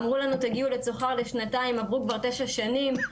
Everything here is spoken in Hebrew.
אמרו לנו תגיעו לצח"ר לשנתיים עברו כבר תשע שנים,